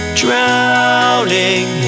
drowning